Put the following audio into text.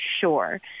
sure